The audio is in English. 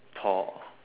tall